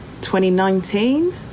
2019